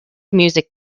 music